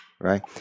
right